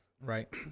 right